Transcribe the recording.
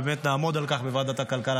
ובאמת נעמוד על כך בוועדת הכלכלה,